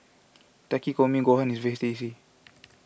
Takikomi Gohan is very tasty